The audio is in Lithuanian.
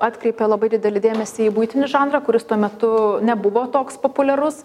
atkreipė labai didelį dėmesį į buitinį žanrą kuris tuo metu nebuvo toks populiarus